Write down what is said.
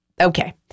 okay